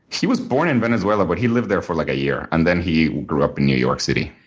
he was born in venezuela, but he lived there for like a year. and then he grew up in new york city.